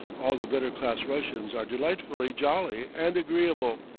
all the better-class russians are delightfully jolly and agreeable,